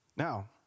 Now